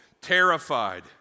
terrified